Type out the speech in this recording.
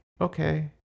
okay